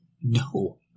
No